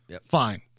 Fine